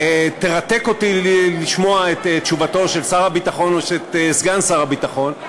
וירתק אותי לשמוע את תשובתו של שר הביטחון או של סגן שר הביטחון.